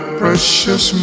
precious